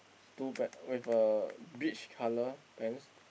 two bread with a beach colour pants